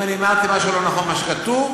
אם אני אמרתי משהו לא נכון במה שכתוב,